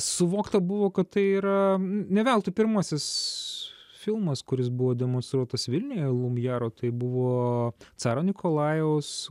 suvokta buvo kad tai yra ne veltui pirmasis filmas kuris buvo demonstruotas vilniuje lumjero tai buvo caro nikolajaus